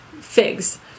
Figs